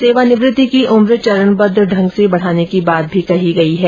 सेवानिवृत्ति की उम्र चरणबद्ध ढंग से बढ़ाने की बात भी कही गई है